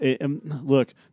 Look